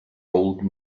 old